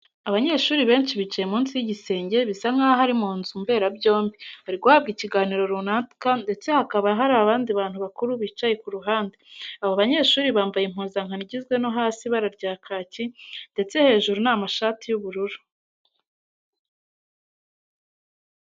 Abanyeshuri benshi bicaye munsi y'igisenge bisa nk'aho ari mu nzu mberabyombi bari guhabwa ikiganiro runaka ndetse hakaba hari abandi bantu bakuru bicaye ku ruhande. ABo banyeshuri bambaye impuzankano igizwe no hasi ibara rya kaki ndetse hejuru ni amashati y'ubururu.